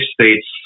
States